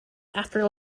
after